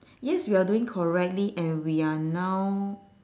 yes you are doing correctly and we are now